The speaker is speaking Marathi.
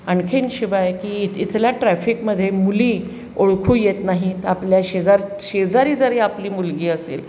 आणखीन शिवाय की इथे इथल्या ट्रॅफिकमध्ये मुली ओळखू येत नाहीत आपल्या शेजार शेजारी जरी आपली मुलगी असेल